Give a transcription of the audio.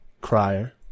crier